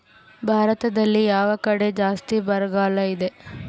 ಭಾರತದಲ್ಲಿ ಯಾವ ಕಡೆ ಜಾಸ್ತಿ ಬರಗಾಲ ಇದೆ?